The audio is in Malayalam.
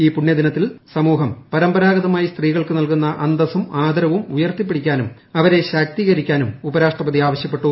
ഈ പുണ്യ ദിനത്തിൽ സമൂഹം പരമ്പരാഗതമായി സ്ത്രീകൾക്ക് നൽകുന്ന അന്തസ്സും ആദരവും ഉയർത്തിപ്പിടിക്കാനും അവരെ ശാക്തീക്രിക്കാനും ഉപരാഷ്ട്രപതി ആവശ്യപ്പെട്ടു